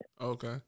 Okay